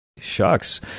Shucks